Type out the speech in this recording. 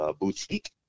boutique